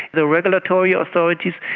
the regulatory authorities,